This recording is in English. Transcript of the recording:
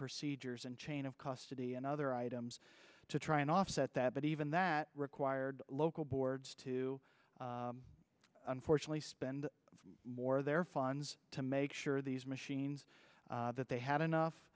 procedures and chain of custody and other items to try and offset that but even that required local boards to unfortunately spend more of their funds to make sure these machines that they had enough